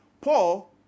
Paul